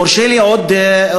אם יורשה לי עוד נושא,